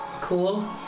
Cool